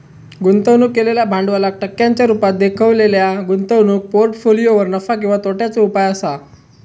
गुंतवणूक केलेल्या भांडवलाक टक्क्यांच्या रुपात देखवलेल्या गुंतवणूक पोर्ट्फोलियोवर नफा किंवा तोट्याचो उपाय असा